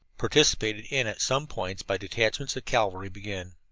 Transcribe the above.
participated in at some points by detachments of cavalry, began.